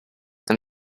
and